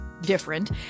different